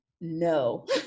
no